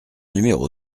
numéro